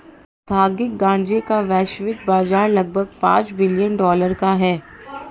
औद्योगिक गांजे का वैश्विक बाजार लगभग पांच बिलियन डॉलर का है